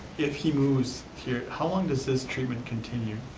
if he moves here, how long does this treatment continue?